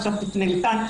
עכשיו תפנה לכאן,